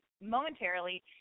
momentarily